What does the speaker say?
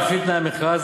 לפי תנאי המכרז,